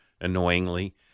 annoyingly